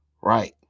right